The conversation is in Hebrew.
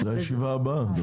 זו הישיבה הבאה.